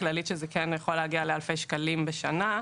כללית שזה כן יכול להגיע לאלפי שקלים בשנה.